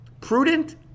Prudent